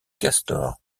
castor